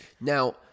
Now